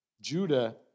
Judah